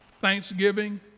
thanksgiving